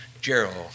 Gerald